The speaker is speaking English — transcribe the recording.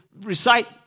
recite